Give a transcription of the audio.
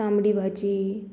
तांबडी भाजी